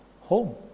home